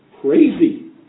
crazy